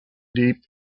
deep